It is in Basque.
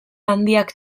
handiak